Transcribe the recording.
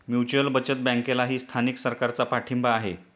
mutual बचत बँकेलाही स्थानिक सरकारचा पाठिंबा आहे